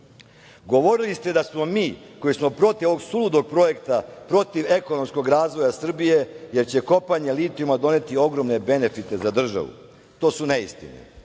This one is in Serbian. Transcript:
ste da smo mi koji smo protiv ovog suludog projekta protiv ekonomskog razvoja Srbije, jer će kopanje litijuma doneti ogromne benefite za državu. To su neistine.